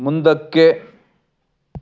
ಮುಂದಕ್ಕೆ